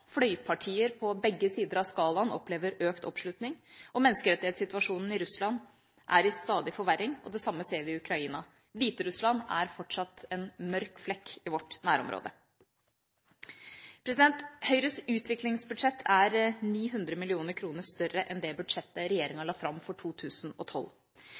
Fløypartier på begge sider av skalaen opplever økt oppslutning. Menneskerettighetssituasjonen i Russland er i stadig forverring, og det samme ser vi i Ukraina. Hviterussland er fortsatt en mørk flekk i vårt nærområde. Høyres utviklingsbudsjett er 900 mill. kr større enn det budsjettet